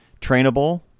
trainable